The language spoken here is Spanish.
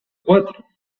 cuatro